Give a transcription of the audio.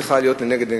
צריך להיות לנגד עינינו.